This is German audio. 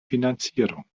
finanzierung